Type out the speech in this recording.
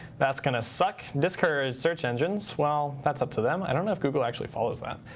that's going to suck. discourage search engines. well, that's up to them. i don't know if google actually follows that.